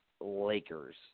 Lakers